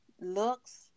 looks